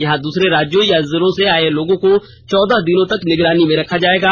यहां दूसरे राज्यों या जिलों से आये लोगों को चौदह दिनों तक निगरानी में रखा जायेगा